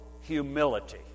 humility